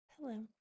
Hello